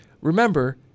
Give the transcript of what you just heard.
remember